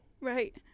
Right